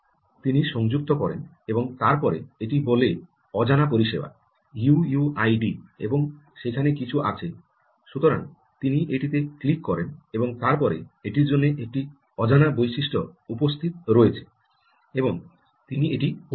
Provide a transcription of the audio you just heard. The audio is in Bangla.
তিনি সংযুক্ত করেন এবং তারপরে এটি বলে অজানা পরিষেবা ইউ ইউ আই ডি এবং সেখানে কিছু আছে সুতরাং তিনি এটিতে ক্লিক করেন এবং তারপরে এটির জন্য একটি অজানা বৈশিষ্ট্য উপস্থিত রয়েছে এবং তিনি এটি পড়তে চান